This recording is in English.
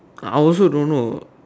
I also don't know